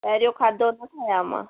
पहिरियों खाधो न खायां मां